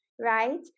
right